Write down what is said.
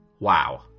Wow